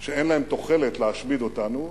שאין להם תוחלת להשמיד אותנו,